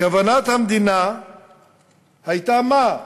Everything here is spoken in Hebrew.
כוונת המדינה הייתה, מה?